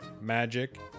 Magic